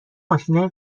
ماشینای